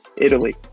Italy